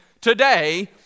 today